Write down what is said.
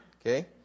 Okay